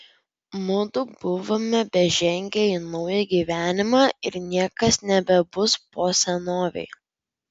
mudu buvome bežengią į naują gyvenimą ir niekas nebebus po senovei